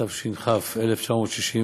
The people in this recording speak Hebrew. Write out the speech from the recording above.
מתוקף תפקידה על פי חוק רשות מקרקעי ישראל,